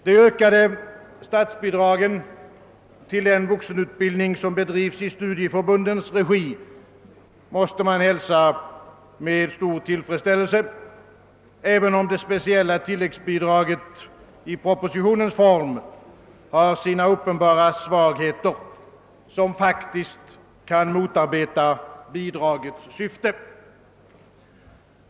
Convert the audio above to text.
De ökade statsbidragen till den vuxenutbildning som bedrives i studieförbundens regi måste man hälsa med stor tillfredsställelse, även om det speciella tilläggsbidraget i den form som föreslås i propositionen har sina uppenbara svagheter, som faktiskt kan motarbeta bidragets syfte.